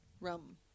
rum